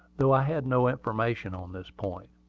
though i had no information on this point.